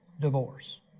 divorce